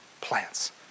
plants